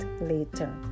later